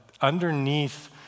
underneath